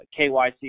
KYC